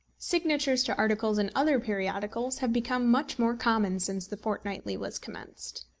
signatures to articles in other periodicals have become much more common since the fortnightly was commenced.